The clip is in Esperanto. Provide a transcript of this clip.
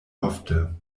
ofte